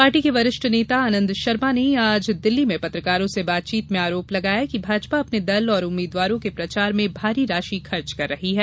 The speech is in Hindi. पार्टी के वरिष्ठ नेता आनंद शर्मा ने आज दिल्ली में पत्रकारों से बातचीत में आरोप लगाया कि भाजपा अपने दल और उम्मीद्वारों के प्रचार में भारी राशि खर्च कर रही है